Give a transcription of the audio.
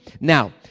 Now